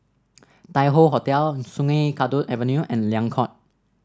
Tai Hoe Hotel Sungei Kadut Avenue and Liang Court